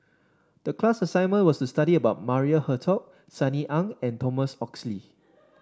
the class assignment was to study about Maria Hertogh Sunny Ang and Thomas Oxley